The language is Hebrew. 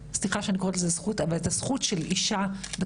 וסליחה שאני קוראת לזה זכות אבל את הזכות של אישה בצבא